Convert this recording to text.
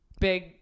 Big